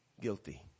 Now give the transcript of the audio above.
guilty